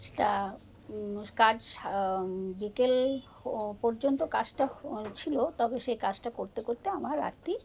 কাজটা কাজ বিকেল পর্যন্ত কাজটা ছিল তবে সেই কাজটা করতে করতে আমার রাত্রি